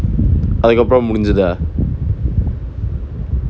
அதுக்கப்பறம் முடிஞ்சுதா:athukkapparam mudinjutha